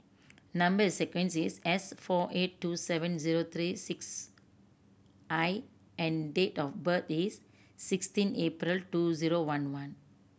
number sequence is S four eight two seven zero three six I and date of birth is sixteen April two zero one one